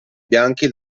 bianchi